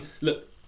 look